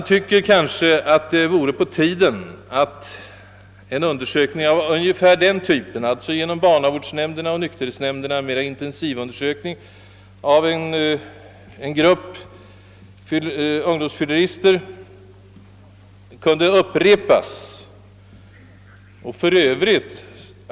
Vore det inte nu på tiden att en undersökning av ungefär den typen, alltså en intervjuundersökning genom =<:barnavårdsnämndernas och nykterhetsnämndernas försorg, gjordes av en grupp ungdomsfyllerister, och f.ö.